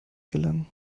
gelangen